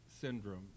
syndrome